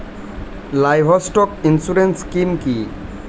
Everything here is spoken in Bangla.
লাইভস্টক ইন্সুরেন্স স্কিম কি?